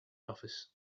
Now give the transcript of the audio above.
office